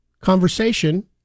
conversation